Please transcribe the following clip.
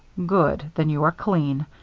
good! then you are clean.